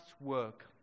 work